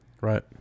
Right